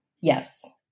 yes